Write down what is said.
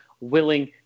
willing